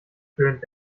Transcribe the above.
stöhnt